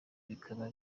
bikaba